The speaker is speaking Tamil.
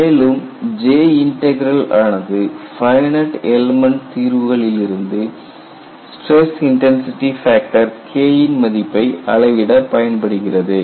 மேலும் J இன்டக்ரல் ஆனது ஃபைனட் எல்மெண்ட் தீர்வுகளில் இருந்து ஸ்டிரஸ் இன்டர்சிட்டி ஃபேக்டர் K ன் மதிப்பை அளவிட பயன்படுகிறது